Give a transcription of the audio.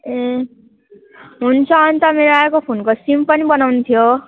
ए हुन्छ अनि त मेरो अर्को फोनको सिम पनि बनाउनु थियो